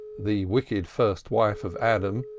the wicked first wife of adam,